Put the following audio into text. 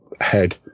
head